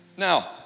Now